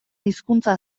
hizkuntza